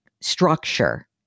structure